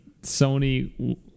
Sony